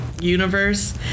universe